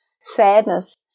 Sadness